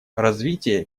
развитие